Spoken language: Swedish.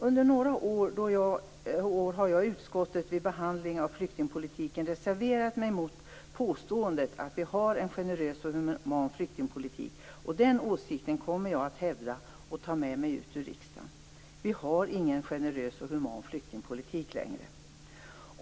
Under några år har jag i utskottet vid behandling av flyktingpolitiken reserverat mig mot påståendet att Sverige har en generös och human flyktingpolitik. Den åsikten kommer jag att hävda och ta med mig ut ur riksdagen. Sverige har ingen generös och human flyktingpolitik längre!